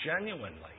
genuinely